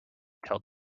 till